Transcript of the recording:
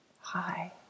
Hi